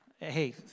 hey